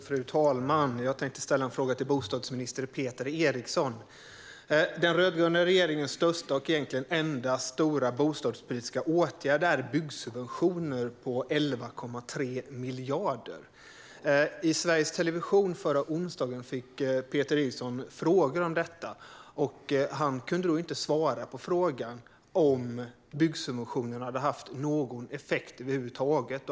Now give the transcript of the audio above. Fru talman! Min fråga går till bostadsminister Peter Eriksson. Den rödgröna regeringens största och egentligen enda stora bostadspolitiska åtgärd är byggsubventioner på 11,3 miljarder. I Sveriges Television förra onsdagen fick Peter Eriksson frågor om detta, och han kunde inte svara på frågan om byggsubventionerna hade haft någon effekt över huvud taget.